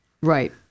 Right